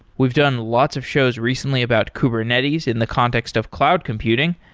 we've done lots of shows recently about kubernetes in the context of cloud computing.